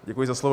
Děkuji za slovo.